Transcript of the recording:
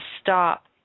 stop